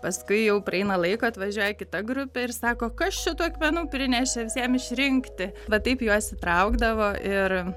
paskui jau praeina laiko atvažiuoja kita grupė ir sako kas čia tų akmenų prinešė jiem išrinkti va taip juos įtraukdavo ir